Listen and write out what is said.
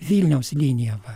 vilniaus linija va